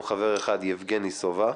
חבר אחד: יבגני סובה,